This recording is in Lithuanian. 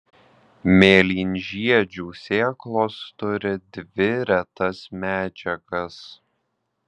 mėlynžiedžių sėklos turi dvi retas medžiagas